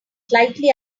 slightly